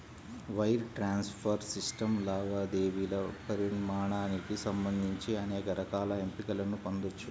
wire transfer system లావాదేవీల పరిమాణానికి సంబంధించి అనేక రకాల ఎంపికలను పొందొచ్చు